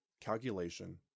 calculation